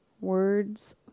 words